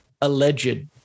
alleged